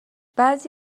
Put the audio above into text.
بعضی